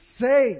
say